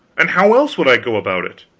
and how else would i go about it?